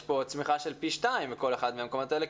יש פה צמיחה של פי שניים בכל אחד מהמקומות האלה.